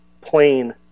plain